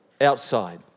Outside